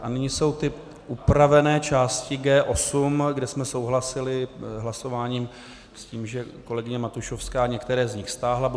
A nyní jsou ty upravené části G8, kde jsme souhlasili hlasováním myslím, že kolegyně Matušovská některé z nich stáhla.